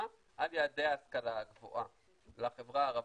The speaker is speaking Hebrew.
על יעדי ההשכלה הגבוהה של החברה הערבית,